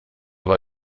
war